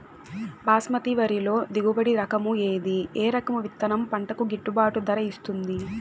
బాస్మతి వరిలో దిగుబడి రకము ఏది ఏ రకము విత్తనం పంటకు గిట్టుబాటు ధర ఇస్తుంది